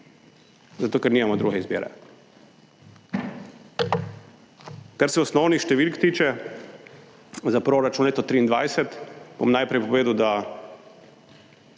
zato ker nimamo druge izbire. Kar se osnovnih številk tiče, za proračun leto 2023 bom najprej povedal, da